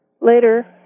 later